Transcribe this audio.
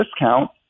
discount